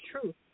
truth